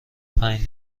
پنج